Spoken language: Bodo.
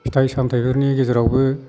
फिथाइ सामथाइफोरनि गेजेरावबो